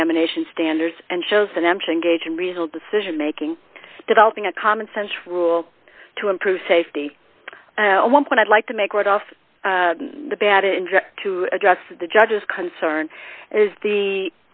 examination standards and shows an empty engaging result decision making developing a common sense rule to improve safety one point i'd like to make right off the bat it to address the judge's concern is the